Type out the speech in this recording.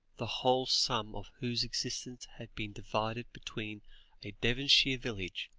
the whole sum of whose existence had been divided between a devonshire village,